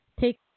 take